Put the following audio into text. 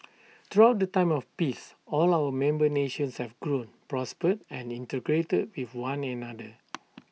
throughout the time of peace all our member nations have grown prospered and integrated with one another